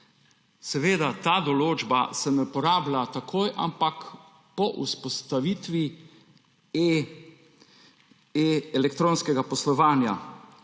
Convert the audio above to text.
Ta določba se ne uporablja takoj, ampak po vzpostavitvi elektronskega poslovanja.